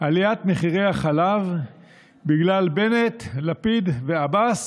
עליית מחירי החלב בגלל בנט, לפיד ועבאס,